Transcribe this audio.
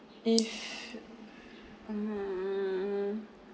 if